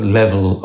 level